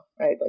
right